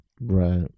Right